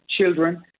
children